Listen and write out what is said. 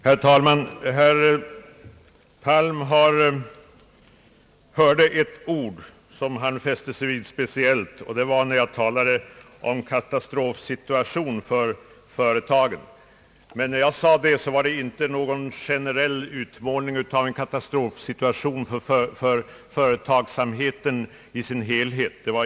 Herr talman! Herr Palm tog fasta på ett ord i mitt anförande som irriterade honom. Det var när jag talade om en katastrofsituation för företagen. Men när jag sade det var det inte någon utmålning av en katastrofsituation för näringslivet i sin helhet.